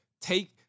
take